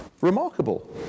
remarkable